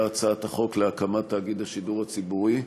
הצעת החוק להקמת תאגיד השידור הציבורי?